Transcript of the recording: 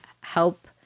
help